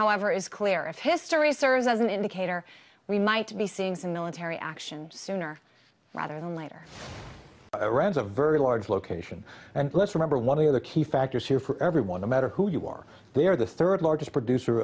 however is clear if history serves as an indicator we might be seeing some military action sooner rather than later iran's a very large location and let's remember one of the key factors here for everyone no matter who you are they are the third largest producer